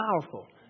powerful